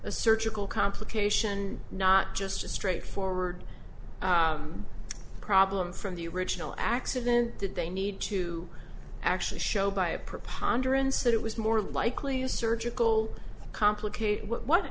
a surgical complication not just a straightforward problem from the original accident did they need to actually show by a preponderance that it was more likely a surgical complicate what